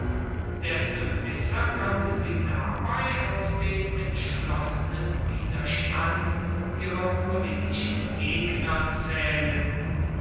desto gewisser konnte sie dabei auf den entschlossenen widerstand ihrer politischen gegner zählen